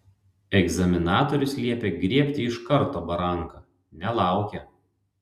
egzaminatorius liepė griebti iš karto baranką nelaukė